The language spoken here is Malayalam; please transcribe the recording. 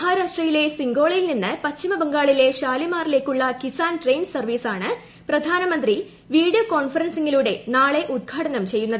മഹാരാഷ്ട്രയിലെ സംഗോളയിൽ നിന്ന് പശ്ചിമ ബംഗാളിലെ ഷാലിമാറിലേക്കുള്ള കിസാൻ ട്രെയിൻ സർവീസ് ആണ് പ്രധാനമന്ത്രി നരേന്ദ്ര മോദി വീഡിയോ കോൺഫറൻസിംഗിലൂടെ നാളെ ഉദ്ഘാടനം ചെയ്യുന്നത്